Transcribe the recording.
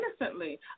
innocently